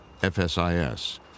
FSIS